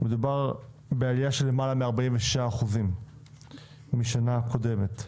מדובר בעלייה של למעלה מ-46 אחוזים משנה קודמת.